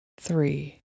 three